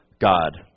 God